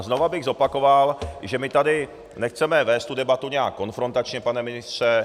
Znovu bych zopakoval, že my tady nechceme vést debatu nějak konfrontačně, pane ministře.